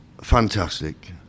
Fantastic